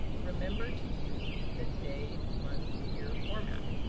remember to use the day month year format.